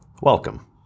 Welcome